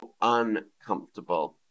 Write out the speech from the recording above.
uncomfortable